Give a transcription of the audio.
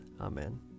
Amen